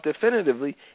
definitively